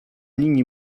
linii